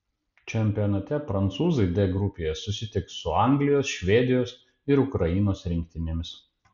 čempionate prancūzai d grupėje susitiks su anglijos švedijos ir ukrainos rinktinėmis